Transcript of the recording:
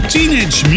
Teenage